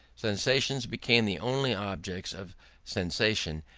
sensations became the only objects of sensation,